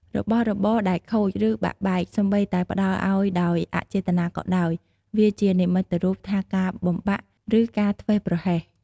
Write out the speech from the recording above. របស់របរដែលខូច ឬបាក់បែក សូម្បីតែផ្តល់ឱ្យដោយអចេតនាក៏ដោយ វាជានិមិត្តរូបថាការបំបាក់ ឬការធ្វេសប្រហែស។